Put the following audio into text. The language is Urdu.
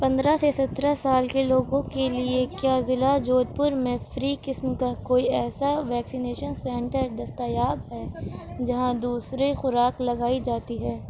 پندرہ سے سترہ سال کے لوگوں کے لیے کیا ضلع جودھ پور میں فری قسم کا کوئی ایسا ویکسینیشن سینٹر دستیاب ہے جہاں دوسری خوراک لگائی جاتی ہے